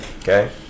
Okay